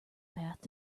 path